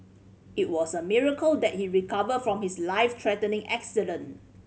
it was a miracle that he recovered from his life threatening accident